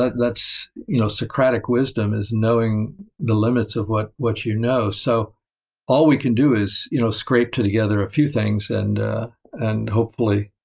ah you know socratic wisdom is knowing the limits of what what you know. so all we can do is you know scrape together a few things and and hopefully